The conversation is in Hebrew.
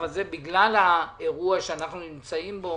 הזה בגלל האירוע שאנחנו נמצאים בו,